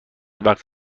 وقتی